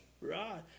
Right